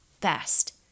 best